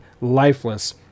lifeless